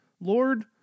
Lord